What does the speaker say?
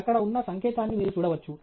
అక్కడ ఉన్న సంకేతాన్ని మీరు చూడవచ్చు